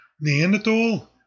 Neanderthal